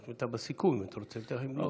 אתה בסיכום, אם אתה רוצה, אני אתן לך.